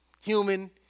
human